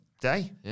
day